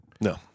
No